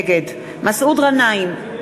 נגד מסעוד גנאים,